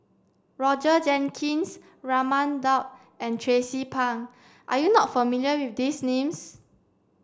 Roger Jenkins Raman Daud and Tracie Pang are you not familiar with these names